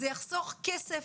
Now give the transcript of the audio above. זה יחסוך כסף,